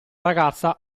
ragazza